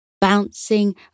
Bouncing